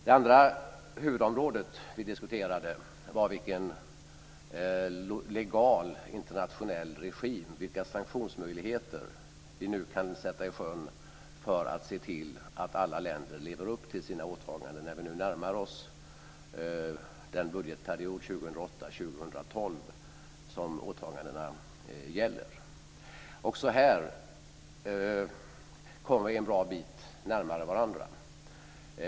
Det andra huvudområdet vi diskuterade var vilken legal internationell regim, vilka sanktionsmöjligheter, vi kan sätta i sjön för att se till att alla länder lever upp till sina åtaganden, när vi nu närmar oss den budgetperiod, 2008-2012, som åtagandena gäller. Också här kom vi en bra bit närmare varandra.